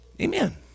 Amen